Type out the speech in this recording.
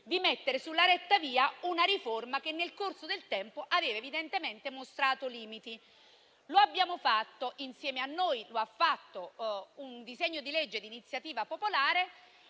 di mettere sulla retta via una riforma che nel corso del tempo aveva evidentemente mostrato limiti. Lo abbiamo fatto e, insieme a noi, lo ha fatto un disegno di legge di iniziativa popolare,